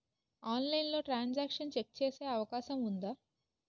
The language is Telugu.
ఆన్లైన్లో ట్రాన్ సాంక్షన్ చెక్ చేసే అవకాశం ఉందా?